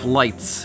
lights